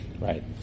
right